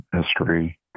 history